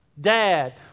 Dad